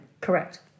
Correct